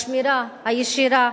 השמירה הישירה